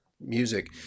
music